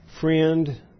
Friend